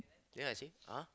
then I say !huh!